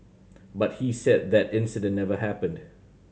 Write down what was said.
but he said that incident never happened